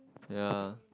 ya